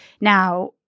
Now